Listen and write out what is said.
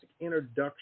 introduction